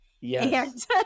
Yes